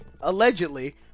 allegedly